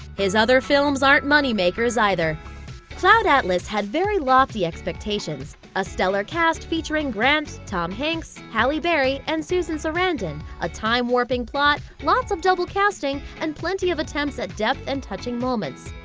his other films aren't moneymakers, either cloud atlas had very lofty expectations a stellar cast featuring grant, tom hanks, halle berry, and susan sarandon, a time-warping plot, lots of double-casting, and plenty of attempts at depth and touching moments.